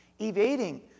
evading